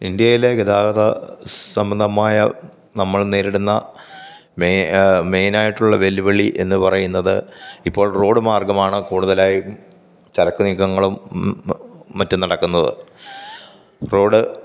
ഇന്ത്യയിലെ ഗതാഗത സംബന്ധമായ നമ്മൾ നേരിടുന്ന മെയിനായിട്ടുള്ള വെല്ലുവിളി എന്നു പറയുന്നത് ഇപ്പോൾ റോഡ് മാർഗമാണ് കൂടുതലായും ചരക്കു നീക്കങ്ങളും മറ്റും നടക്കുന്നത് റോഡ്